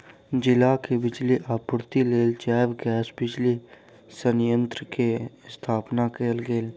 जिला के बिजली आपूर्तिक लेल जैव गैस बिजली संयंत्र के स्थापना कयल गेल